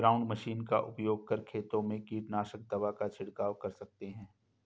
ground machine का उपयोग कर खेतों में कीटनाशक दवा का झिड़काव कर सकते है